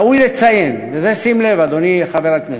ראוי לציין, ולזה שים לב, אדוני חבר הכנסת,